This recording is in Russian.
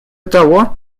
того